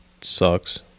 sucks